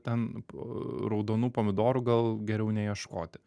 ten raudonų pomidorų gal geriau neieškoti